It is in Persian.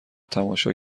تماشا